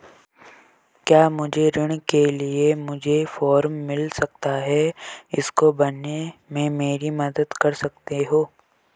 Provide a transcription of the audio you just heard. क्या मुझे ऋण के लिए मुझे फार्म मिल सकता है इसको भरने में मेरी मदद कर सकते हो?